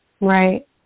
Right